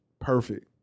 perfect